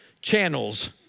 channels